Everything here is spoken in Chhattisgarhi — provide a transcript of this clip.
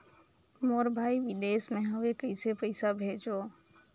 मोर भाई विदेश मे हवे कइसे पईसा भेजो?